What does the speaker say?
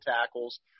tackles